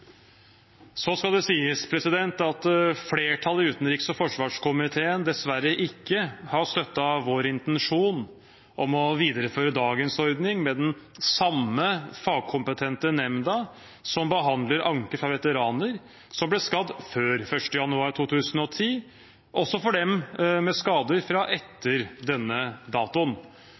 Så skal det sies at flertallet i utenriks- og forsvarskomiteen dessverre ikke har støttet vår intensjon om å videreføre dagens ordning med den samme fagkompetente nemnda som behandler anker fra veteraner som ble skadet før 1. januar 2010, også for dem med skader fra etter denne datoen.